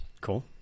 Cool